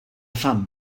fam